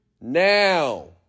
now